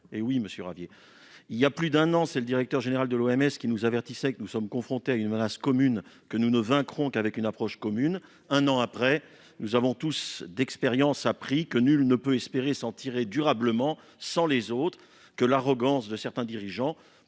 tout le monde. Voilà plus d'un an, le directeur général de l'OMS nous avertissait que nous étions confrontés à une menace commune, que nous ne pourrions vaincre qu'avec une approche commune. Un an après, nous avons tous appris d'expérience que nul ne peut espérer s'en tirer durablement sans les autres et que l'arrogance de certains dirigeants